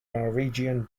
norwegian